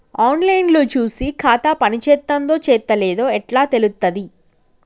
On line లో చూసి ఖాతా పనిచేత్తందో చేత్తలేదో ఎట్లా తెలుత్తది?